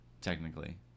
technically